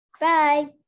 bye